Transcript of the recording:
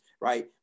right